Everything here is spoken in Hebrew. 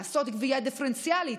לעשות גבייה דיפרנציאלית.